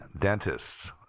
dentists